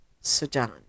Sudan